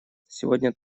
сегодня